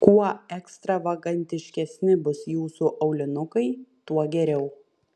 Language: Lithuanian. kuo ekstravagantiškesni bus jūsų aulinukai tuo geriau